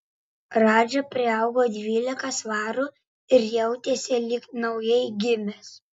radža priaugo dvylika svarų ir jautėsi lyg naujai gimęs